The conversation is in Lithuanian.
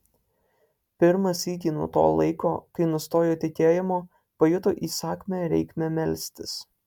pirmą sykį nuo to laiko kai nustojo tikėjimo pajuto įsakmią reikmę melstis